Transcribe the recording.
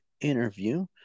interview